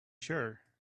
sure